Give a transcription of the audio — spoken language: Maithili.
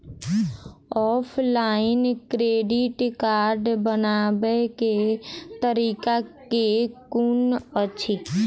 ऑफलाइन क्रेडिट कार्ड बनाबै केँ तरीका केँ कुन अछि?